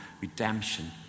redemption